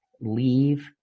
leave